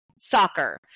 soccer